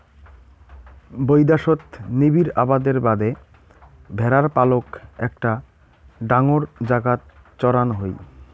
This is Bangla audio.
বৈদ্যাশত নিবিড় আবাদের বাদে ভ্যাড়ার পালক একটা ডাঙর জাগাত চড়ান হই